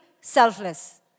selfless